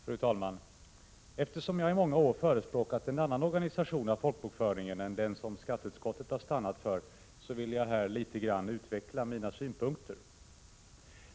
Fru talman! Eftersom jag i många år förespråkat en annan organisation av folkbokföringen än den som skatteutskottet har stannat för, vill jag här något utveckla mina synpunkter.